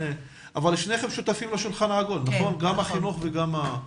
שניכם שותפים לשולחן העגול, גם החינוך וגם הרווחה.